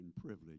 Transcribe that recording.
privilege